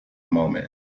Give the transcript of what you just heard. moment